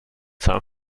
seinem